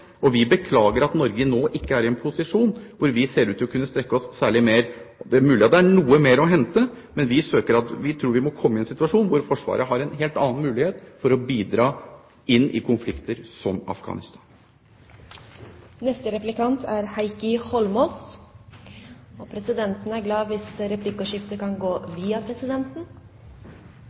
Vi beklager at Norge nå ikke er i en posisjon hvor vi ser ut til å kunne strekke oss særlig mer. Det er mulig det er noe mer å hente, men vi tror vi må komme i en situasjon hvor Forsvaret har en helt annen mulighet for å bidra inn i konflikter som i Afghanistan.